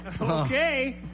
Okay